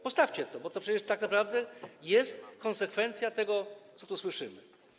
Postawcie to, bo to przecież tak naprawdę jest konsekwencja tego, co tu słyszymy.